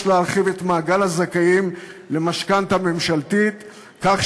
יש להרחיב את מעגל הזכאים למשכנתה ממשלתית כך